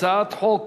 הצעת חוק